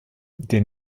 der